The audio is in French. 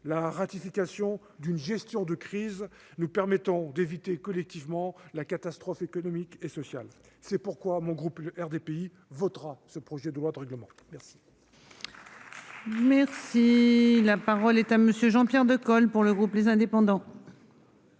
la ratification d'une gestion de crise nous permettant d'éviter collectivement la catastrophe économique et sociale. C'est pourquoi le groupe RDPI le votera. La parole est à M. Jean-Pierre